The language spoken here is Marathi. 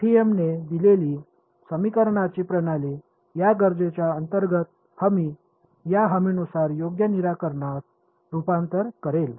एफईएम ने दिलेली समीकरणांची प्रणाली या गरजेच्या अंतर्गत हमी या हमीनुसार योग्य निराकरणात रुपांतर करेल